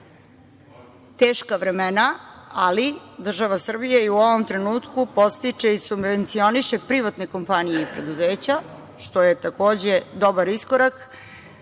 vremena, ali država Srbija u ovom trenutku podstiče i subvencioniše privatne kompanije i preduzeća, što je takođe dobar iskorak,